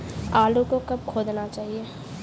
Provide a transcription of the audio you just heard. आलू को कब खोदना चाहिए?